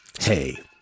Hey